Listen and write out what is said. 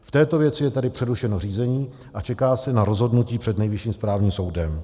V této věci je tedy přerušeno řízení a čeká se na rozhodnutí před Nejvyšším správním soudem.